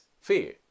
fear